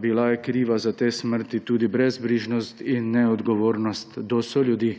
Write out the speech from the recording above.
Bila je kriva za te smrti tudi brezbrižnost in neodgovornost do soljudi.